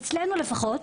אצלנו לפחות,